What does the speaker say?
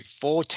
four